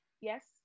Yes